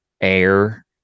air